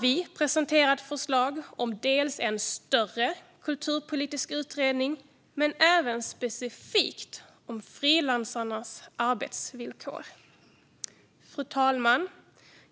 Vi har presenterat förslag om en större kulturpolitisk utredning men även specifikt om frilansarnas arbetsvillkor. Fru talman!